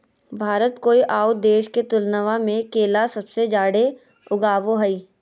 भारत कोय आउ देश के तुलनबा में केला सबसे जाड़े उगाबो हइ